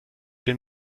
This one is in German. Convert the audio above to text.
den